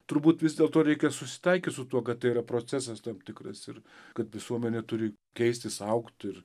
turbūt vis dėlto reikia susitaikyt su tuo kad tai yra procesas tam tikras ir kad visuomenė turi keistis augt ir